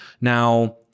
now